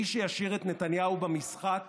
מי שישאיר את נתניהו במשחק